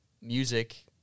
music